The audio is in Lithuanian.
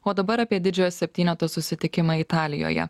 o dabar apie didžiojo septyneto susitikimą italijoje